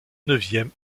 neuvième